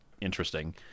interesting